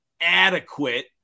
adequate